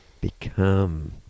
become